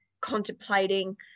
contemplating